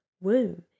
womb